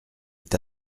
est